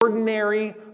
Ordinary